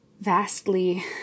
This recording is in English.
vastly